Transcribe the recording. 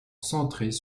centrées